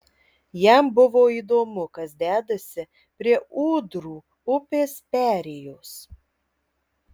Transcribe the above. jam buvo įdomu kas dedasi prie ūdrų upės perėjos